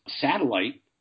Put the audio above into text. satellite